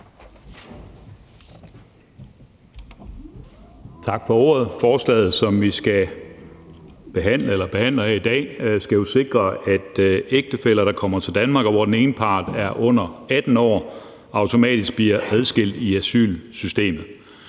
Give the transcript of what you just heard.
Tak for ordet. Forslaget, som vi behandler her i dag, skal sikre, at ægtefæller, der kommer til Danmark, automatisk bliver adskilt i asylsystemet,